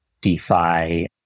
DeFi